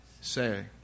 say